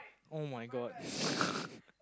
[oh]-my-god